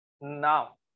now